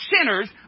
sinners